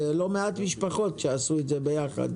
אלה לא מעט משפחות שעשו את זה ביחד.